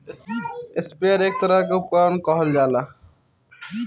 sprayer एक तरह के उपकरण के कहल जाला